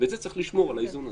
ולכן צריך לשמור על האיזון הזה.